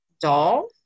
doll